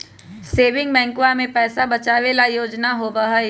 saving बैंकवा में पैसा बचावे ला योजना होबा हई